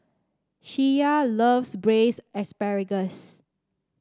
Sheyla loves Braised Asparagus